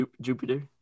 Jupiter